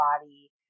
body